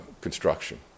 construction